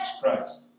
Christ